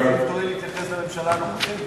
האם תואיל להתייחס לממשלה הנוכחית,